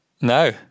No